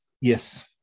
Yes